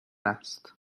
است